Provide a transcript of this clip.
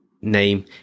name